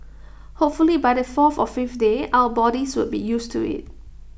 hopefully by the fourth or fifth day our bodies would be used to IT